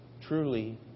truly